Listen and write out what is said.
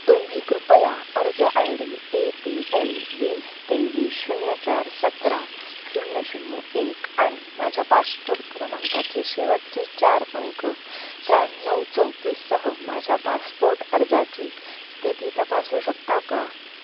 तुम्ही कृपया अर्ज I D A P L वीस तेवीस शून्य चार सतरा शून्य शून्य एक आणि माझ्या पासपोर क्रमांकाचे शेवटचे चार अंक त्र्याण्णव चौतीससह माझ्या पासपोर्ट अर्जाची स्थिती तपासू शकता का